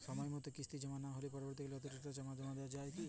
সময় মতো কিস্তি জমা না হলে পরবর্তীকালে অতিরিক্ত টাকা জমা দেওয়া য়ায় কি?